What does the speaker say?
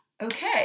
Okay